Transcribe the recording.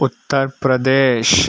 Uttar Pradesh